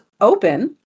open